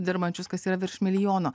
dirbančius kas yra virš milijono